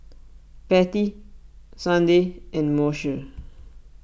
Patti Sunday and Moshe